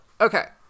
Okay